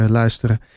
luisteren